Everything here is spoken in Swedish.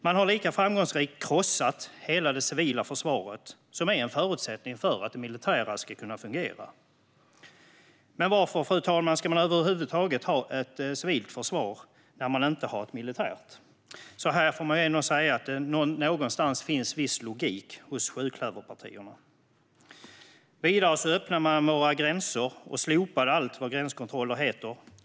Man har lika framgångsrikt krossat hela det civila försvaret, som är en förutsättning för att det militära ska kunna fungera. Men varför, fru talman, ska man över huvud taget ha ett civilt försvar när man inte har ett militärt? Här får man ändå säga att det någonstans finns en viss logik hos sjuklöverpartierna. Vidare öppnade man våra gränser och slopade allt vad gränskontroller heter.